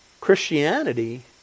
Christianity